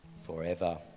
forever